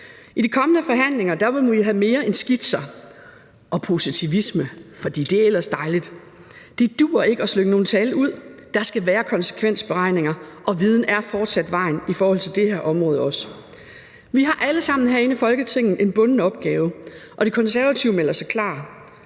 I de kommende forhandlinger, vil vi jo have mere end skitser og positivitet. Det er ellers dejligt, men det duer ikke at slynge nogle tal ud. Der skal være konsekvensberegninger, og viden er fortsat vejen i forhold til det her område. Vi har alle sammen herinde i Folketinget en bunden opgave, og De Konservative melder sig klar